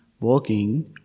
walking